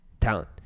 talent